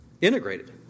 integrated